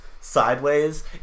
sideways